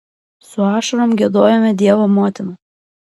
su ašarom giedojome dievo motiną